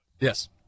Yes